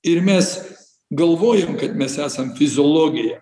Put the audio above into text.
ir mes galvojom kad mes esam fiziologija